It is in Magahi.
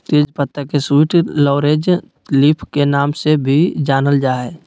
तेज पत्ता के स्वीट लॉरेल लीफ के नाम से भी जानल जा हइ